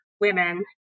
women